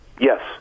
Yes